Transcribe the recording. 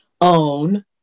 own